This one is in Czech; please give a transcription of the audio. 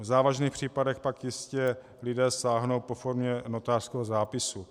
V závažných případech pak jistě lidé sáhnou po formě notářského zápisu.